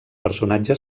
personatge